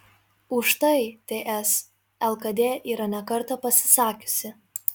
už tai ts lkd yra ne kartą pasisakiusi